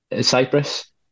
Cyprus